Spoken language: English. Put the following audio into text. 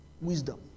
wisdom